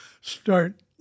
start